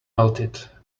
melted